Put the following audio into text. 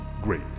Great